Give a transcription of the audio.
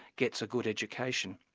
gets a good education.